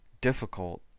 difficult